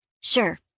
Sure